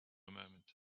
moment